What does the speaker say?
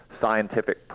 scientific